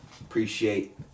appreciate